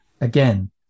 again